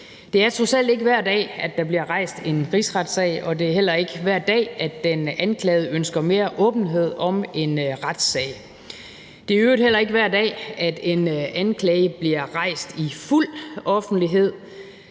Det er trods alt ikke hver dag, at der bliver rejst en rigsretssag, og det er heller ikke hver dag, at den anklagede ønsker mere åbenhed om en retssag. Det er i øvrigt heller ikke hver dag, at en anklage bliver rejst i fuld offentlighed